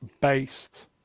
based